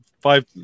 five